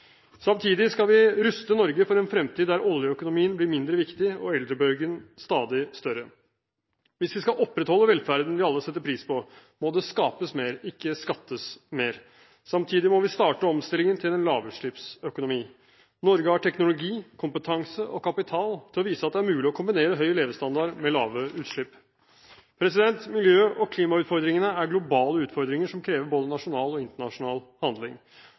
Samtidig skal vi ruste Norge for en fremtid der oljeøkonomien blir mindre viktig og eldrebølgen stadig større. Hvis vi skal opprettholde velferden vi alle setter pris på, må det skapes mer, ikke skattes mer. Samtidig må vi starte omstillingen til en lavutslippsøkonomi. Norge har teknologi, kompetanse og kapital til å vise at det er mulig å kombinere høy levestandard med lave utslipp. Miljø- og klimautfordringene er globale utfordringer som krever både nasjonal og internasjonal handling.